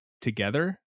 together